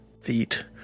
feet